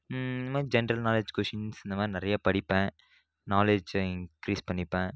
இந்த மாதிரி general knowledge questions இந்த மாதிரி நிறைய படிப்பேன் நாலெட்ஜ்ஜை இன்க்ரீஸ் பண்ணிப்பேன்